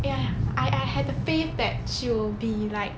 ya I I had the faith that she will be like